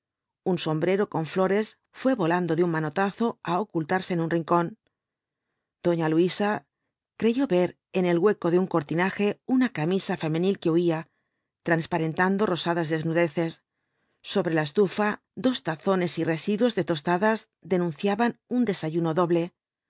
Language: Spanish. un sombrero con flores fué volando de un manotazo á ocultarse en un rincón doña luisa creyó ver en el hueco de un cortinaje una camisa femenil que huía transparentando rosadas desnudeces sobre la estufa dos tazones y residuos de tostadas denunciaban un desayuno doble